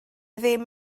ddim